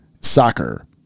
Soccer